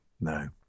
no